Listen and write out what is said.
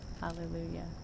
Hallelujah